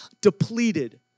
depleted